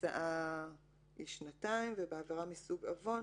ההצעה היא שנתיים, (ב) בעבירה מסוג עוון